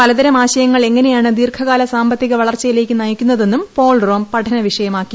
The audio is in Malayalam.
പലതരം ആശയങ്ങൾ എങ്ങനെയാണ് ദീർഘകാല സാമ്പത്തിക വളർച്ചയിലേക്ക് നയിക്കുന്നതെന്നും പോൾ റോം പഠനവിഷയമാക്കി